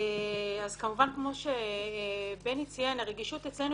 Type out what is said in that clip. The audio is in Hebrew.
כמובן, כמו שבני ציין הרגישות אצלנו